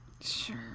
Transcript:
sure